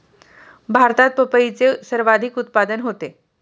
भारतात पपईचे सर्वाधिक उत्पादन होते